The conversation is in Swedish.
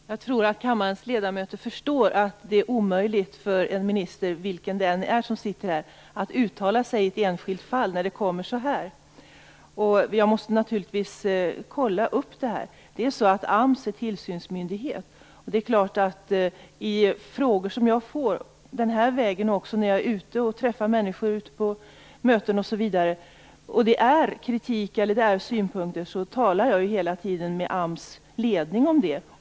Fru talman! Jag tror att kammarens ledamöter förstår att det är omöjligt för en minister, vilken minister det än må vara som sitter här, att uttala sig om ett enskilt fall som kommer upp så här utan vidare. Naturligtvis måste jag kontrollera detta. AMS är tillsynsmyndighet. I frågor som jag får den här vägen eller när jag är ute och träffar människor på möten etc., och kritik eller synpunkter förs fram, talar jag hela tiden med AMS ledning.